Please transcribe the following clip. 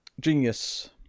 Genius